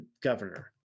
governor